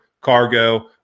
cargo